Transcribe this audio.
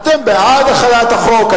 אתם בעד החלת החוק?